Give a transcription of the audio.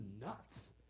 nuts